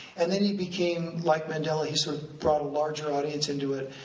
and then he became, like mandela he sort of brought a larger audience into it.